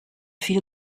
feel